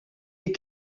est